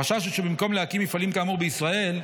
החשש הוא שבמקום להקים מפעלים כאמור בישראל,